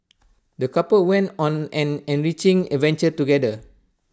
the couple went on an enriching adventure together